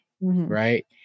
right